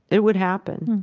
it would happen